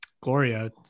Gloria